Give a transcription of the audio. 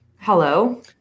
Hello